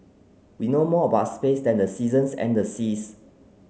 we know more about space than the seasons and the seas